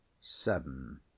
Seven